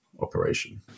operation